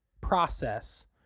process